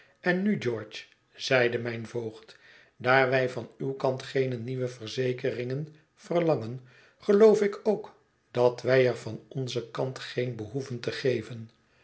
en nu george zeide mijn voogd daar wij van uw kant geene nieuwe verzekeringen verlangen geloof ik ook dat wij er van onzen kant geen behoeven te geven